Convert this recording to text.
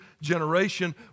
generation